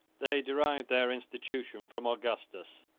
they derived their institution from augustus.